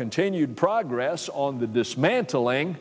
continued progress on the dismantling